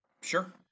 Sure